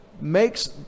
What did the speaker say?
makes